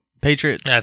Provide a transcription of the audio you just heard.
Patriots